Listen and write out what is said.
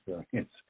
experience